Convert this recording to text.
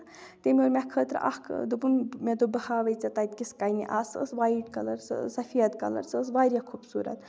تٔمۍ اوٚن مےٚ خٲطرٕ اکھ دوپُن مےٚ دوٚپ بہٕ ہاوے ژٕ تَتہِ کِژھ کَنہِ آسہٕ سۄ ٲسۍ وایِٹ کَلر سَفید کَلر سۄ ٲسۍ واریاہ خوٗبصوٗرت